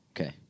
Okay